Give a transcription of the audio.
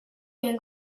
bien